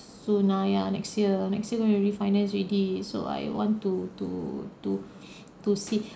soon nah ya next year next year gonna refinance already so I want to to to to see